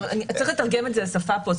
צריך לתרגם את השפה פה.